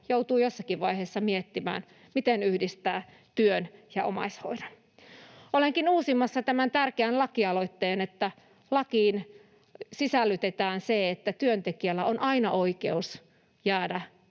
joutuu jossakin vaiheessa miettimään, miten yhdistää työn ja omaishoidon. Olenkin uusimassa tämän tärkeän lakialoitteen, että lakiin sisällytetään se, että työntekijällä on aina oikeus jäädä